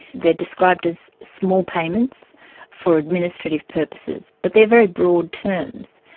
they're described as small payments for administrative purposes, but they're very broad terms.